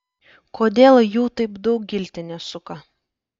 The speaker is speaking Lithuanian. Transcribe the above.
kodėl jų taip daug giltinė suka